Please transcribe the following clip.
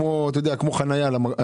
כאילו זאת חניה.